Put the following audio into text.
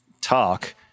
talk